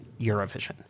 Eurovision